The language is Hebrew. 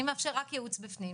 אני מאפשר רק ייעוץ בפנים',